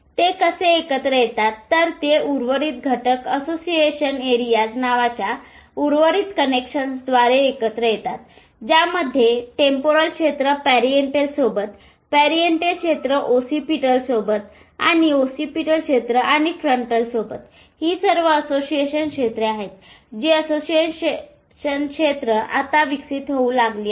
ते कसे एकत्र येतात तर ते उर्वरीत घटक असोसिएशन एरियाज नावाच्या उर्वरित कनेक्शन्सद्वारे एकत्र येतात ज्यामध्ये टेम्पोरल क्षेत्र पॅरिएटल सोबत पॅरिएटल क्षेत्र ओसीपीटल सोबत ओसीपीटल क्षेत्र आणि फ्रंटल सोबत ही सर्व असोसिएशन क्षेत्रे आहेत जी असोसिएशन क्षेत्र आता विकसित होऊ लागाली आहेत